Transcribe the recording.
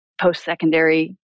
post-secondary